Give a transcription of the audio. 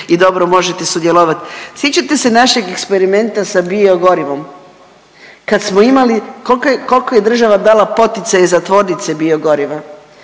i dobro možete sudjelovat. Sjećate se našeg eksperimenta sa biogorivom kad smo imali, koliko je država dalo poticaje za tvornice biogoriva,